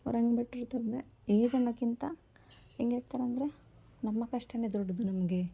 ಅವ್ರು ಹೆಂಗ್ ಗಟ್ಟಿರ್ತಾರಂದರೆ ಏಜ್ ಅನ್ನೋಕ್ಕಿಂತ ಹೆಂಗಿರ್ತಾರಂದ್ರೆ ನಮ್ಮ ಕಷ್ಟವೇ ದೊಡ್ಡದು ನಮಗೆ